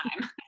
time